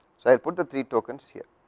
so i put the three tokens here,